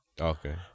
okay